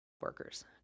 workers